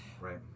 right